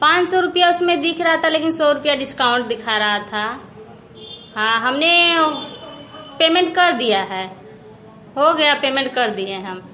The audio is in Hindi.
पाँच सौ रुपया उसमें दिख रहा था लेकिन सौ रुपया डिस्काउंट दिखा रहा था हाँ हमने पेमेंट कर दिया है हो गया पेमेंट कर दिए है हम